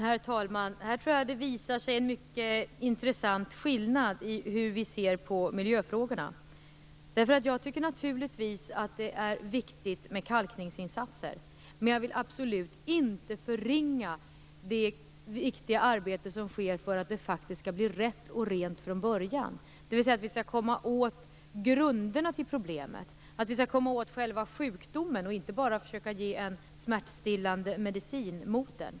Herr talman! Här visar sig en mycket intressant skillnad i hur Göte Jonsson och jag ser på miljöfrågorna. Jag tycker naturligtvis att det är viktigt med kalkningsinsatser, men jag vill absolut inte förringa det viktiga arbete som sker för att det skall bli rätt och rent från början. Det handlar om att komma åt grunderna till problemet, att komma åt själva sjukdomen och inte bara försöka ge en smärtstillande medicin mot den.